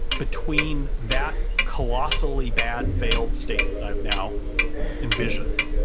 between that colossally bad failed state that i've now envisioned